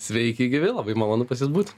sveiki gyvi labai malonu pas jus būt